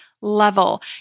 level